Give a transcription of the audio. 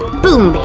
boom, baby!